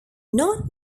not